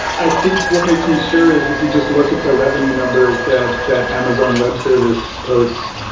i think what makes me sure is if you just look at the revenue numbers that that amazon web service posts,